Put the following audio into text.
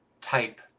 type